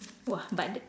!wah! but